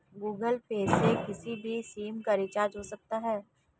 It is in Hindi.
गूगल पे से किसी भी सिम का रिचार्ज हो सकता है